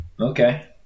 Okay